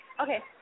Okay